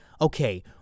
okay